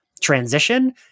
transition